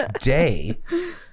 day